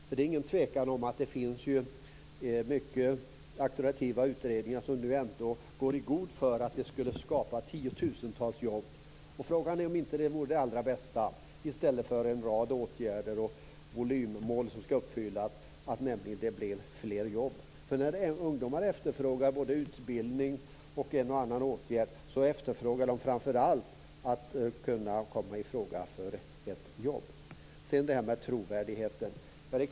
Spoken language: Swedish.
Det råder inget tvivel om att det finns auktoritativa utredningar som går i god för att det skulle skapa tiotusentals jobb. Frågan är om inte fler jobb vore det allra bästa, i stället för en rad åtgärder och volymmål som skall uppfyllas. Ungdomar efterfrågar både utbildning och en och annan åtgärd, men framför allt att kunna komma i fråga för ett jobb. Sedan var det trovärdigheten.